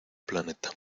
planeta